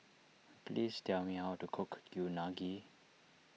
please tell me how to cook Unagi